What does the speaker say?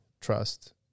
trust